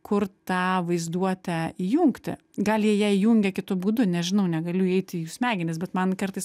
kur ta vaizduotę įjungti gal jie ją įjungia kitu būdu nežinau negaliu įeiti į jų smegenis bet man kartais